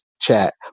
chat